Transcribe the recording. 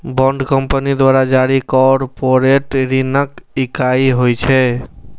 bond company द्वारा जारी corporate ऋणक इकाइ होइ छै